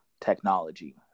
technology